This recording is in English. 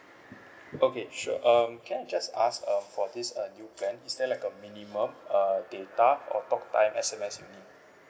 okay sure um can I just ask uh for this uh new plan is there like a minimum uh data or talk time S_M_S you need